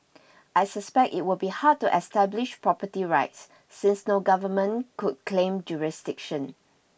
I suspect it would be hard to establish property rights since no government could claim jurisdiction